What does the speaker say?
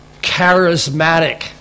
charismatic